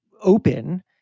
open